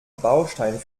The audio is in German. baustein